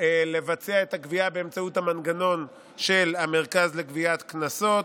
בכך לבצע את הגבייה באמצעות המנגנון של המרכז לגביית קנסות.